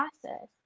process